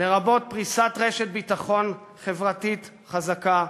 לרבות פריסת רשת ביטחון חברתית חזקה,